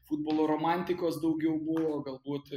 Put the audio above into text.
futbolo romantikos daugiau buvo galbūt